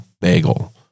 bagel